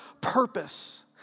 purpose